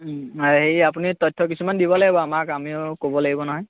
হেৰি আপুনি তথ্য কিছুমান দিব লাগিব আমাক আমিও ক'ব লাগিব নহয়